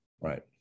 right